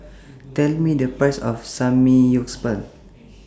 Tell Me The Price of Samgyeopsal